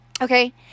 okay